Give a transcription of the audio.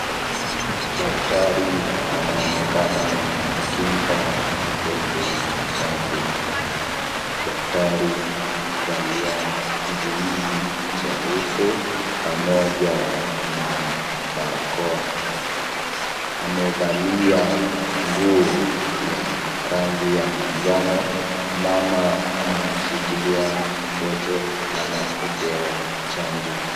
Daktari anaonekana akimpa mtoto chanjo. Daktari amevalia kizuizi cha uso, pamoja na barakoa. Amevalia nguo ya rangi ya manjano, mama amemshikilia mtoto anapopewa chanjo.